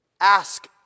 ask